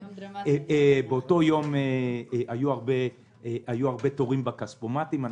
באותו היום היו הרבה תורים בכספומטים.